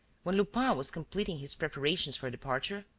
when lupin was completing his preparations for departure?